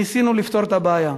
ניסינו לפתור את הבעיה.